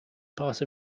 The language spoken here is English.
part